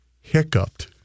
hiccuped